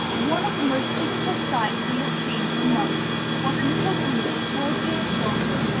one of the most pitiful sights we have seen for months was a little group of four dear children,